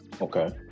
Okay